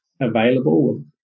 available